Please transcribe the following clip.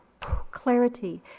clarity